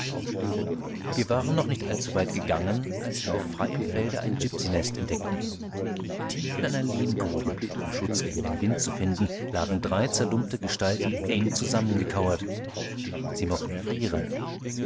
wir waren noch nicht allzuweit gegangen als wir auf freiem felde ein gipsy nest entdeckten tief in einer lehmgrube um schutz gegen den wind zu finden lagen drei zerlumpte gestalten eng zusammengekauert sie mochten frieren